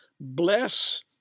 Bless